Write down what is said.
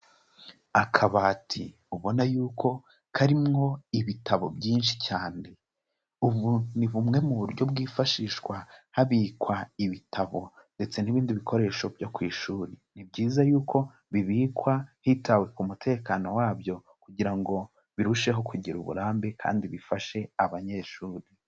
Akabati ubona yuko karimo ibitabo byinshi cyane, ubu ni bumwe mu buryo bwifashishwa habikwa ibitabo ndetse n'ibindi bikoresho byo ku ishuri, ni byiza yuko bibikwa hitawe ku mutekano wabyo kugira ngo birusheho kugira uburambe kandi bifashe abanyeshuri.